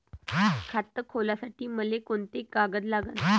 खात खोलासाठी मले कोंते कागद लागन?